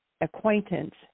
acquaintance